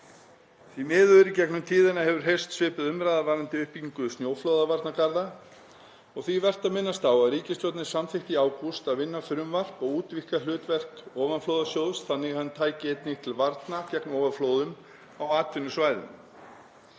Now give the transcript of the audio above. hefur í gegnum tíðina heyrst svipuð umræða varðandi uppbyggingu snjóflóðavarnargarða og því vert að minnast á að ríkisstjórnin samþykkti í ágúst að vinna frumvarp og útvíkka hlutverk ofanflóðasjóðs þannig að hann tæki einnig til varna gegn ofanflóðum á atvinnusvæðum.